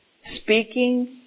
Speaking